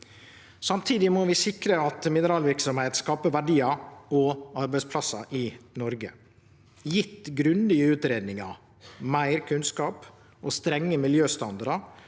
Samtidig må vi sikre at mineralverksemd skapar verdiar og arbeidsplassar i Noreg. Gjeve grundige utgreiingar, meir kunnskap og strenge miljøstandardar